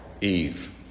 Eve